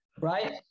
right